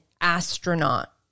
astronaut